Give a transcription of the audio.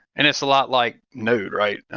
and it's a lot like node, right?